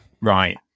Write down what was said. Right